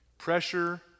Pressure